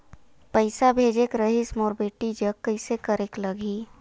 पइसा भेजेक रहिस मोर बेटी जग कइसे करेके लगही?